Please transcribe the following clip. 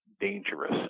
dangerous